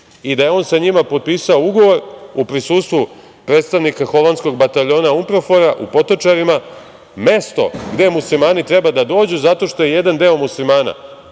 i da je on sa njima potpisao ugovor u prisustvu predstavnika holandskog bataljona UNPROFOR-a u Potočarima, mesto gde muslimani treba da dođu zato što je jedan deo muslimana,